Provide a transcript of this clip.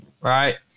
right